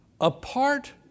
Apart